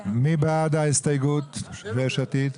מי בעד ההסתייגות של יש עתיד?